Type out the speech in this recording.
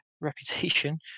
reputation